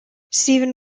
stephen